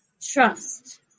trust